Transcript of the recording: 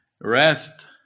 rest